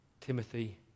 Timothy